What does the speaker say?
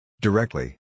Directly